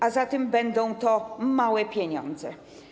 A zatem będą to małe pieniądze.